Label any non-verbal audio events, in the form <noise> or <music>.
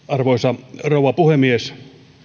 <unintelligible> arvoisa rouva puhemies